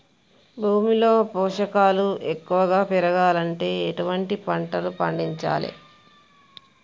భూమిలో పోషకాలు ఎక్కువగా పెరగాలంటే ఎటువంటి పంటలు పండించాలే?